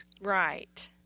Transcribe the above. Right